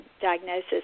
diagnosis